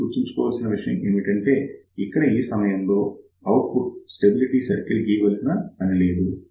మీరు గుర్తుంచుకో వలసిన విషయం ఏమిటంటే ఇక్కడ ఈ సమయంలో ఔట్పుట్ స్టెబిలిటీ సర్కిల్ గీయవలసిన పని లేదు